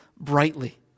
brightly